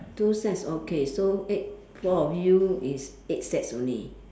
two sets okay so eight four of you is eight sets only